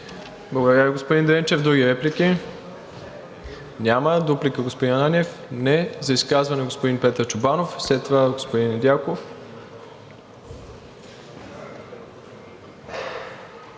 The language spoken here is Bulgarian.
Благодаря Ви, господин Дренчев. Други реплики? Няма. Дуплика, господин Ананиев? Не. За изказване – господин Петър Чобанов, след това господин Недялков.